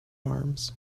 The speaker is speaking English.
arms